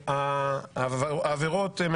לא, אנחנו שואלים את יושבי-ראש הוועדות.